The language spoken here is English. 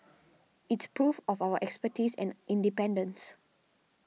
it's proof of our expertise and independence